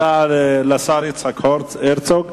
תודה לשר יצחק הרצוג.